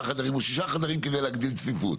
חדשים ושישה חדרים כדי להגדיל צפיפות.